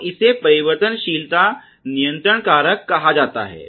तो इसे परिवर्तनशीलता नियंत्रण कारक कहा जाता है